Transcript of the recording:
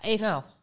No